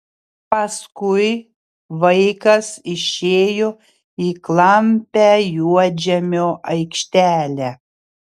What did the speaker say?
paskui vaikas išėjo į klampią juodžemio aikštelę